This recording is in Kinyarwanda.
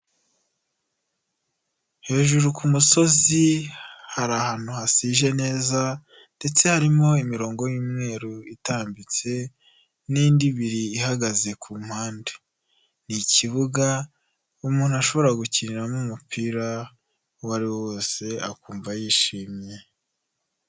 Hejuru ku musozi hari ahantu hasije neza ndetse harimo imirongo y'umweru itambitse, n'indi ibiri ihagaze ku mpande. Ni ikibuga umuntu ashobora gukiniramo umupira uwariwe wese akumva yishimye.